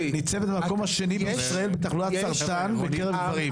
ניצבת במקום השני בישראל בתחלואת סרטן בקרב גברים.